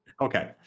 Okay